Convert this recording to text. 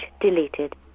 deleted